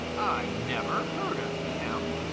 i never heard of him,